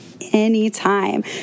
Anytime